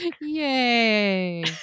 Yay